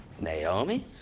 Naomi